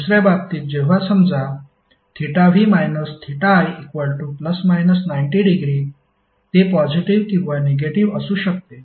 दुसर्या बाबतीत जेव्हा समजा v θi±90° ते पॉजिटीव्ह किंवा निगेटिव्ह असू शकते